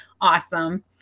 awesome